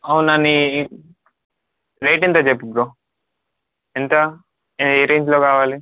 అవునా నీ రేట్ ఎంత చెప్పు బ్రో ఎంత ఏ రేంజ్లో కావాలి